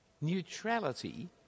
Neutrality